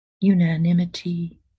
unanimity